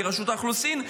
כרשות האוכלוסין,